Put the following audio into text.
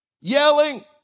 yelling